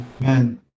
Amen